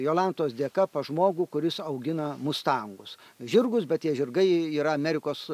jolantos dėka pas žmogų kuris augina mustangus žirgus bet tie žirgai yra amerikos